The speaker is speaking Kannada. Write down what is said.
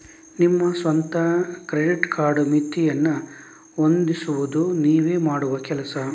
ನಿಮ್ಮ ಸ್ವಂತ ಕ್ರೆಡಿಟ್ ಕಾರ್ಡ್ ಮಿತಿಯನ್ನ ಹೊಂದಿಸುದು ನೀವೇ ಮಾಡುವ ಕೆಲಸ